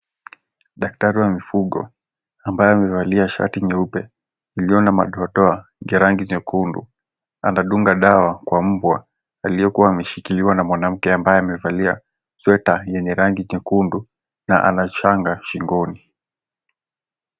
Daktari wa mifugo ambaye amevalia shati nyeupe iliyo na madoa doa ya rangi nyekundu anadunga dawa kwa mbwa aliyekuwa ameshikiliwa na mwanamke ambaye amevalia sweta yenye rangi nyekundu na ana shanga shingoni.